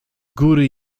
góry